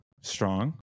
strong